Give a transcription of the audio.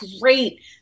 great